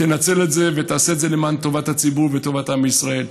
תנצל את זה ותעשה את זה למען טובת הציבור וטובת עם ישראל.